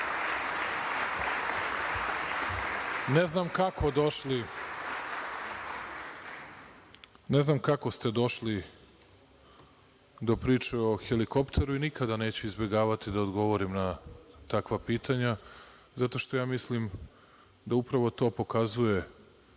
ne znam kako došli do priče o helikopteru i nikada neću izbegavati da odgovorim na takva pitanja, zato što ja mislim da upravo to pokazuje